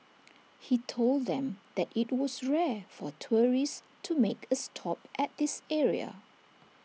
he told them that IT was rare for tourists to make A stop at this area